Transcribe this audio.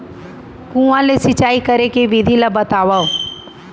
कुआं ले सिंचाई करे के विधि ला बतावव?